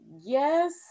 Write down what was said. Yes